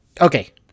okay